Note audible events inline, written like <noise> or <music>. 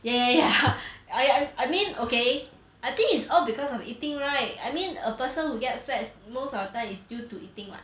yeah yeah yeah <laughs> I I I mean okay I think it's all because of eating right I mean a person who get fats most of the time is due to eating [what]